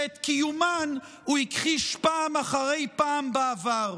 שאת קיומן הוא הכחיש פעם אחר פעם בעבר.